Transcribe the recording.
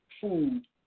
food